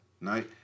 no